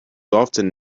often